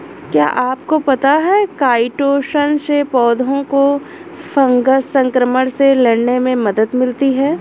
क्या आपको पता है काइटोसन से पौधों को फंगल संक्रमण से लड़ने में मदद मिलती है?